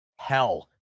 hell